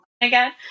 again